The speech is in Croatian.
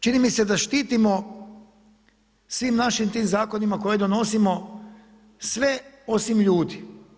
Čini mi se da štitimo, svim našim tim zakonima koje donosimo sve osim ljudi.